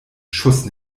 schuss